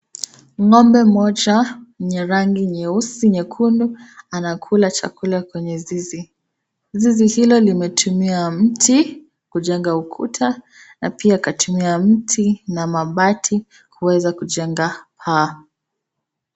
Ng'ombe mmoja mwenye rangi nyeusi-nyekundu, anakula chakula kwenye zizi. Zizi hilo limetumia mti kujenga ukuta na pia katumia mti na mabati kuweza kujenga paa.